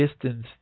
distance